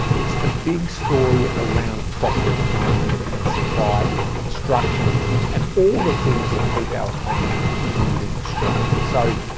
it's the big story around property demand and supply and construction and all the things that keep our economy moving strongly. so